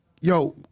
Yo